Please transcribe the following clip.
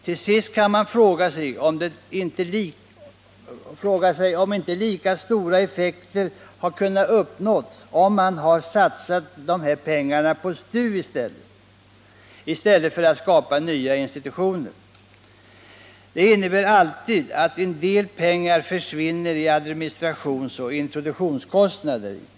Till sist kan man fråga sig, om inte lika stora effekter hade kunnat uppnås ifall man hade satsat pengarna på STU i stället för att skapa nya institutioner. Att skapa nya bolag innebär alltid att en del pengar försvinner i administrationsoch introduktionskostnader.